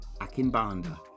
Akinbanda